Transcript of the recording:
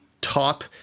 top